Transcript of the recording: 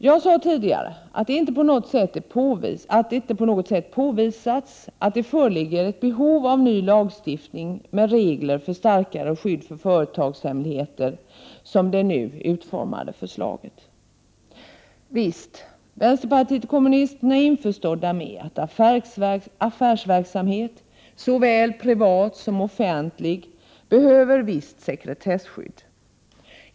Jag sade tidigare att det inte på något sätt har påvisats att det föreligger ett behov av ny lagstiftning med regler för starkare skydd för företagshemligheter som det nu utformade förslaget. Visst är vi i vpk införstådda med att affärsverksamhet — såväl privat som offentlig — behöver visst sekretesskydd.